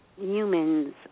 humans